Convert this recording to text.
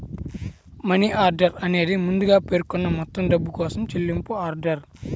money order అనేది ముందుగా పేర్కొన్న మొత్తం డబ్బు కోసం చెల్లింపు ఆర్డర్